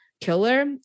killer